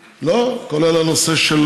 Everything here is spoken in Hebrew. כולל העלאת שכר המינימום.